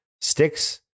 sticks